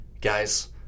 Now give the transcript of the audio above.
Guys